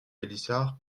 pélissard